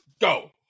go